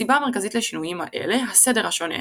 הסיבה המרכזית לשינויים האלה – הסדר השונה,